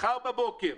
מחר בבוקר